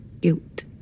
guilt